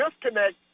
disconnect